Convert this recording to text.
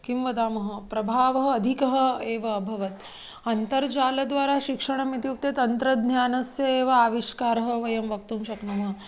किं वदामः प्रभावः अधिकः एव अभवत् अन्तर्जालद्वारा शिक्षणम् इत्युक्ते तन्त्रज्ञानस्य एव आविष्कारः वयं वक्तुं शक्नुमः